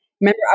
Remember